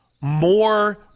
more